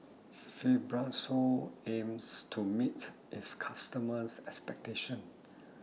Fibrosol aims to meet its customers' expectations